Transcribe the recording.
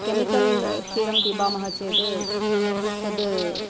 chemical क्षीरं पिबामः चेत् तत्